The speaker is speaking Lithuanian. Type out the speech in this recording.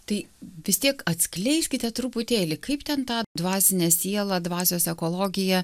tai vis tiek atskleiskite truputėlį kaip ten tą dvasinę sielą dvasios ekologiją